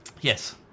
yes